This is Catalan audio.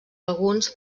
alguns